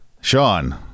Sean